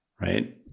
right